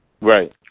Right